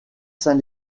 saint